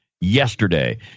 yesterday